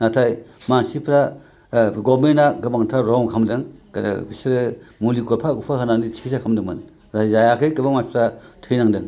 नाथाय मानसिफ्रा गभर्नमेनटआ गोबांथार रं खालामदों बिसोरो मुलि गरफा गरफा होनानै सिखिदसा खामदोंमोन मोजां जायाखै गोबां मानसिफ्रा थैनांदों